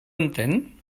entén